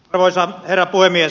arvoisa herra puhemies